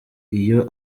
iyo